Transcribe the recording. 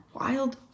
wild